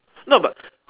no but